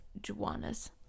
Juanas